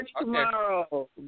tomorrow